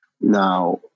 Now